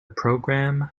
programme